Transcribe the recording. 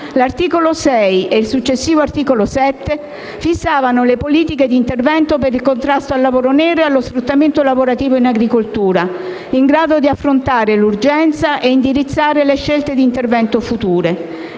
l'articolo 6 e il successivo articolo 7 fissavano le politiche di intervento per il contrasto al lavoro nero e allo sfruttamento lavorativo in agricoltura, in grado di affrontare l'urgenza e indirizzare le scelte di intervento future.